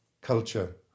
culture